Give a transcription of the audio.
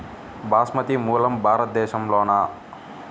బాస్మతి మూలం భారతదేశంలోనా?